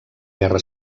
guerra